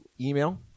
email